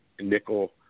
nickel